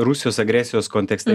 rusijos agresijos kontekste